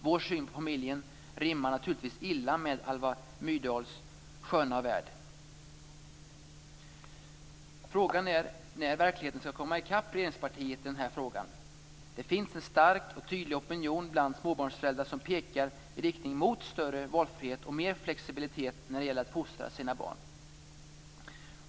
Vår syn på familjen rimmar naturligtvis illa med Alva Myrdals sköna värld. Frågan är när verkligheten skall komma i kapp regeringspartiet i den här frågan. Det finns en stark och tydlig opinion bland småbarnsföräldrar som pekar i riktning mot större valfrihet och mer flexibilitet när det gäller att fostra sina barn.